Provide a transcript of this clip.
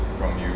from you